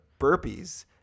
burpees